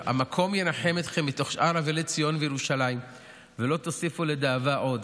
המקום ינחם אתכם בתוך שאר אבלי ציון וירושלים ולא תוסיפו לדאבה עוד,